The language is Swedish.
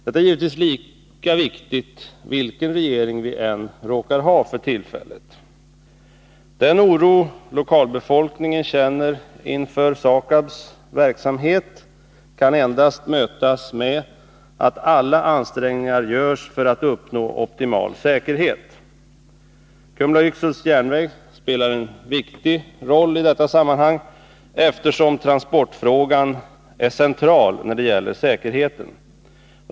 Det är givetvis lika viktigt, vilken regering vi än råkar ha för tillfället. Den oro lokalbefolkningen känner inför SAKAB:s verksamhet kan endast mötas med att alla ansträngningar görs för att uppnå optimal säkerhet. Kumla-Yxhults järnväg spelar en viktig roll i detta sammanhang, eftersom transportfrågan är central när det gäller säkerheten.